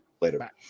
Later